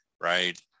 right